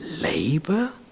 Labor